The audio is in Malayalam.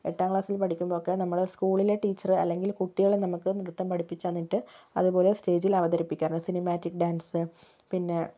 എട്ടാം ക്ലാസിൽ പഠിക്കുമ്പോൾ ഒക്കെ നമ്മള് സ്കൂളിൽ ടീച്ചർ അല്ലെങ്കിൽ കുട്ടികളെ നമുക്ക് നൃത്തം പഠിപ്പിച്ച് എന്നിട്ട് അതുപോലെ സ്റ്റേജിൽ അവതരിപ്പിക്കാം സിനിമാറ്റിക് ഡാൻസ് പിന്നെ